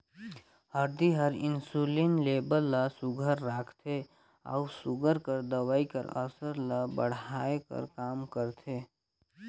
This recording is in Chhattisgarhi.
हरदी हर इंसुलिन लेबल ल सुग्घर राखथे अउ सूगर कर दवई कर असर ल बढ़ाए कर काम करथे